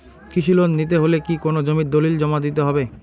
কৃষি লোন নিতে হলে কি কোনো জমির দলিল জমা দিতে হবে?